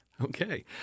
Okay